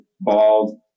bald